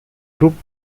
grouped